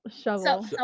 shovel